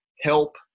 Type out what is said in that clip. help